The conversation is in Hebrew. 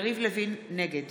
נגד